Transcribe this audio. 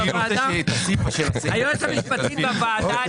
היועצת המשפטית בוועדה,